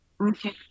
okay